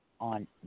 on